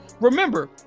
remember